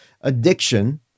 addiction